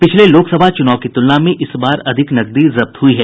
पिछले लोकसभा चूनाव की तूलना में इस बार अधिक नकदी जब्त हुई है